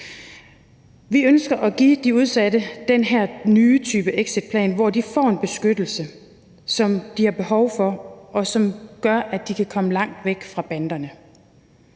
Vi ønsker at give de udsatte den her nye type exitplan, hvor de får en beskyttelse, hvilket de har behov for, som gør, at de kan komme langt væk fra banderne.